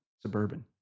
suburban